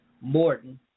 Morton